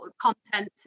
content